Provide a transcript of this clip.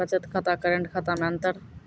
बचत खाता करेंट खाता मे अंतर?